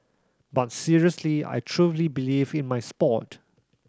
but seriously I truly believe in my sport